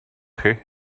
chi